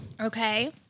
Okay